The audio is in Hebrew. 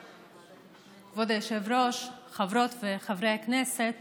הדחוף ביותר זה להביא תקנים ותקציבים לרשות חדשה לפיתוח המגזר